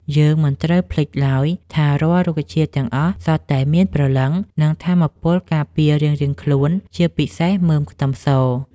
យើងមិនត្រូវភ្លេចឡើយថារាល់រុក្ខជាតិទាំងអស់សុទ្ធតែមានព្រលឹងនិងថាមពលការពាររៀងៗខ្លួនជាពិសេសមើមខ្ទឹមស។